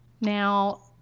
Now